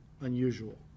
unusual